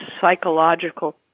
psychological